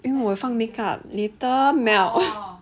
因为我放 makeup later melt